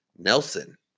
Nelson